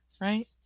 right